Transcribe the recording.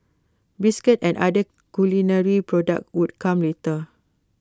biscuits and other culinary products would come later